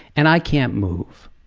and i can't move.